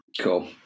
Cool